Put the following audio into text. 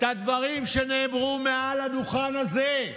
את הדברים שנאמרו מעל הדוכן הזה.